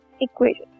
equation